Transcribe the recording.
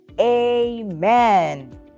amen